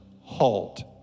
halt